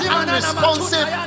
unresponsive